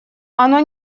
оно